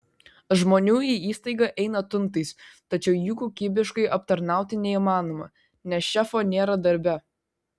žmonių į įstaigą eina tuntais tačiau jų kokybiškai aptarnauti neįmanoma nes šefo nėra darbe